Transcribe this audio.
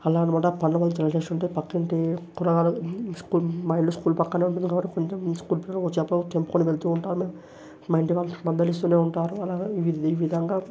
అలా అన్నమాట పండ్లు కుడా చాలా టేస్ట్ ఉంటాయి పక్కింటి కుర్రవాడు స్కూల్ మా ఇల్లు స్కూల్ పక్కనే ఉంటుంది కాబట్టి కొంచం స్కూల్ పిల్లలు వచ్చి జామకాయలు తెంపుకుని వెళ్తూ ఉంటారు మా ఇంటి వాళ్ళు మందలిస్తూనే ఉంటారు అలాగే ఈ విధంగా